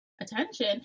attention